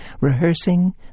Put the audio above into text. rehearsing